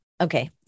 okay